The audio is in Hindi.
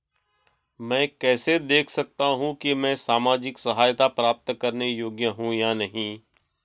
मैं कैसे देख सकता हूं कि मैं सामाजिक सहायता प्राप्त करने योग्य हूं या नहीं?